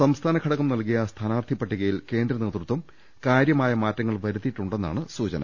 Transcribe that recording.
സംസ്ഥാന ഘടകം നൽകിയ സ്ഥാനാർഥി പട്ടികയിൽ കേന്ദ്ര നേതൃത്വം കാരൃമായ മാറ്റങ്ങൾ വരുത്തിയിട്ടുണ്ടെന്നാണ് സൂചന